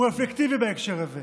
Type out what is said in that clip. הוא אפקטיבי בהקשר הזה.